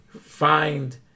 find